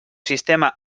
sistema